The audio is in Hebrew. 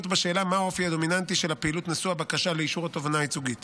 הסביבה בדבר פיצול מתוך פרק ג' בהצעת חוק התוכנית הכלכלית